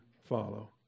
follow